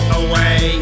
away